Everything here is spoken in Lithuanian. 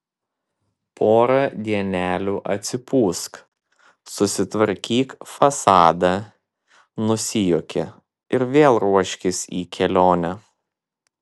porą dienelių atsipūsk susitvarkyk fasadą nusijuokė ir vėl ruoškis į kelionę